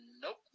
Nope